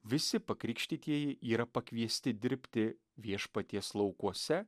visi pakrikštytieji yra pakviesti dirbti viešpaties laukuose